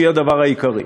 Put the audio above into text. שהיא הדבר העיקרי.